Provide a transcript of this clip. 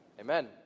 Amen